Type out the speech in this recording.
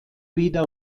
wieder